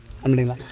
on பண்ணிடிங்களா